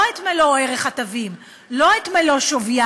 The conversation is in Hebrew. לא את מלוא ערך התווים, לא את מלוא שוויים,